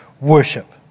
worship